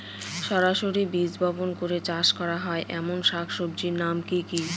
সরাসরি বীজ বপন করে চাষ করা হয় এমন শাকসবজির নাম কি কী?